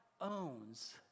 owns